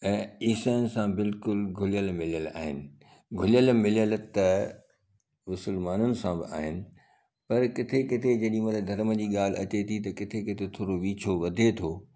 ऐं ईसाइनि सां बिल्कुलु घुलियलु मिलियलु आहिनि घुलियल मिलियल त मुसलमानन सां बि आहिनि पर किथे किथे जेॾी महिल धर्म जी ॻाल्हि अचे थी त किथे थोरो विछो वधे थो